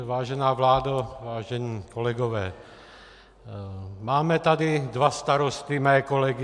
Vážená vládo, vážení kolegové, máme tady dva starosty, mé kolegy.